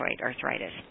arthritis